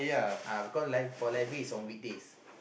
uh because lie for library is on weekdays